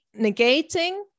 negating